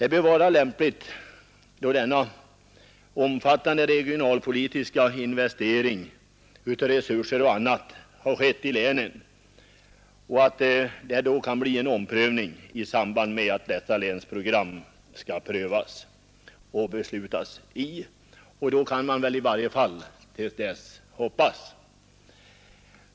När den omfattande regionalpolitiska inventeringen av resurserna har gjorts i länen och man skall besluta om länsprogrammen bör det vara lämpligt att ompröva denna fråga. Då kan man i varje fall hoppas.